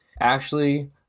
Ashley